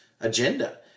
agenda